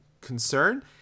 concern